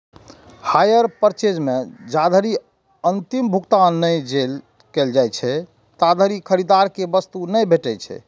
hire purchase मे जाधरि अंतिम भुगतान नहि कैल जाइ छै, ताधरि खरीदार कें वस्तु नहि भेटै छै